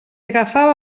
agafava